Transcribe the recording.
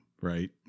Right